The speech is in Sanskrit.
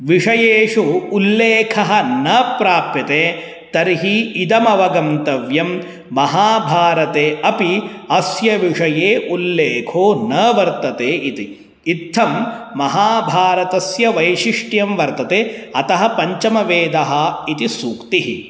विषयेषु उल्लेखः न प्राप्यते तर्हि इदमवगन्तव्यं महाभारते अपि अस्य विषये उल्लेखो न वर्तते इति इत्थं महाभारतस्य वैशिष्ट्यं वर्तते अतः पञ्चमवेदः इति सूक्तिः